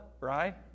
right